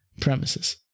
premises